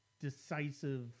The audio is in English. decisive